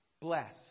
bless